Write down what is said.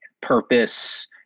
purpose